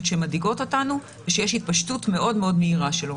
שמדאיגות אותנו ושיש התפשטות מאוד מהירה שלו.